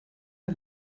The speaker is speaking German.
der